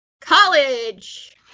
College